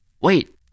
Wait